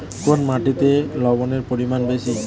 কোন মাটিতে লবণের পরিমাণ বেশি?